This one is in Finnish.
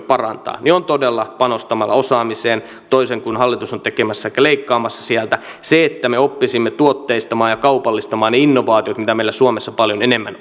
parantaa on todella panostamalla osaamiseen toisin kuin hallitus on tekemässä elikkä leikkaamassa sieltä siihenkin että me oppisimme tuotteistamaan ja kaupallistamaan ne innovaatiot mitä meillä suomessa paljon enemmän